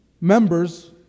members